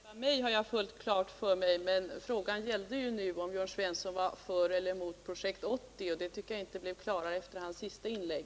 Fru talman! Att Jörn Svensson vill bekämpa mig har jag fullt klart för mig. Men frågan gällde nu om Jörn Svensson var för eller emot Projekt 80. Det tycker jag inte blev klarare efter hans senaste inlägg.